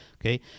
Okay